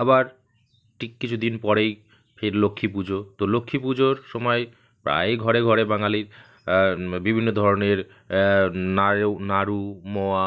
আবার ঠিক কিছু দিন পরেই ফের লক্ষ্মী পুজো তো লক্ষ্মী পুজোর সময় প্রায়ই ঘরে ঘরে বাঙালির বিভিন্ন ধরনের নায়ু নাড়ু মোয়া